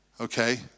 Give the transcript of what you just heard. okay